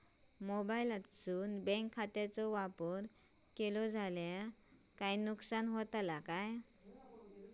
मोबाईलातसून बँक खात्याचो वापर केलो जाल्या काय नुकसान असा काय?